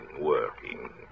working